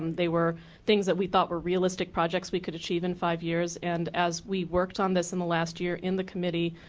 they were things that we thought were realistic projects we could achieve in five years. and as we worked in this in the last year in the committee,